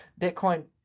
Bitcoin